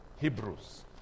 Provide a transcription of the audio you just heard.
Hebrews